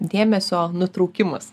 dėmesio nutraukimas